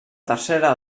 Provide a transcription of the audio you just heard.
tercera